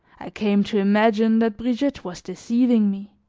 i came to imagine that brigitte was deceiving me,